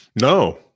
No